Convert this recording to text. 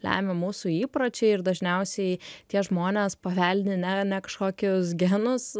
lemia mūsų įpročiai ir dažniausiai tie žmonės paveldi ne ne kažkokius genus